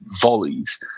volleys